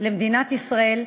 למדינת ישראל,